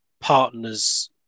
partners